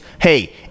hey